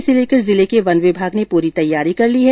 इसको लेकर जिले के वन विभाग ने पूरी तैयारी कर ली है